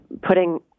putting